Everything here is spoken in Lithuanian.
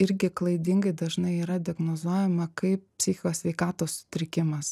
irgi klaidingai dažnai yra diagnozuojama kaip psichikos sveikatos sutrikimas